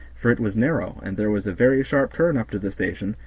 for it was narrow, and there was a very sharp turn up to the station,